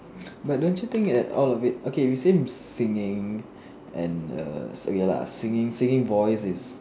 but don't you think that all of it okay we seems singing and err so ya luh singing singing voice is